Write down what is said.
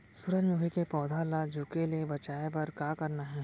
सूरजमुखी के पौधा ला झुके ले बचाए बर का करना हे?